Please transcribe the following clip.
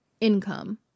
income